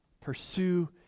Pursue